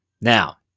Now